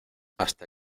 hasta